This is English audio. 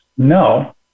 No